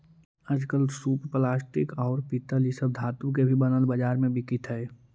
आजकल सूप प्लास्टिक, औउर पीतल इ सब धातु के भी बनल बाजार में बिकित हई